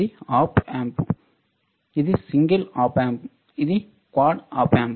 ఇది op amp ఇది single op amp ఇది క్వాడ్ ఆప్ ఆంప్